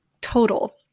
total